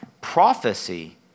prophecy